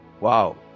Wow